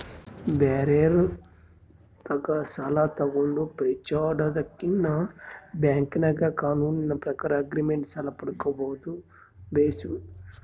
ಬ್ಯಾರೆರ್ ತಾಕ ಸಾಲ ತಗಂಡು ಪೇಚಾಡದಕಿನ್ನ ಬ್ಯಾಂಕಿನಾಗ ಕಾನೂನಿನ ಪ್ರಕಾರ ಆಗ್ರಿಮೆಂಟ್ ಸಾಲ ಪಡ್ಕಂಬದು ಬೇಸು